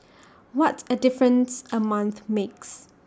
what A difference A month makes